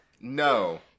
No